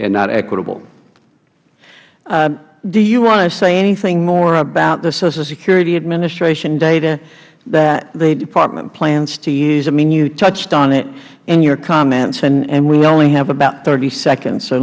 and not equitable ms foxx do you want to say anything more about the social security administration data that the department plans to use i mean you touched on it in your comments and we only have about thirty s